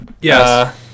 Yes